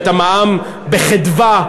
את המע"מ בחדווה.